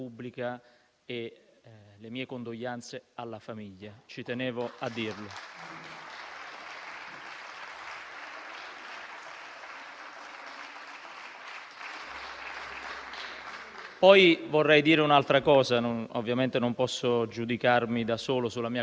Credo che la destabilizzazione della Libia sia stato uno dei più grandi errori che questo Paese abbia mai fatto, soprattutto perché il giorno prima chiamava Gheddafi e il giorno dopo permetteva il bombardamento in Libia.